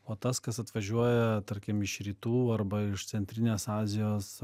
o tas kas atvažiuoja tarkim iš rytų arba iš centrinės azijos